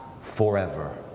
forever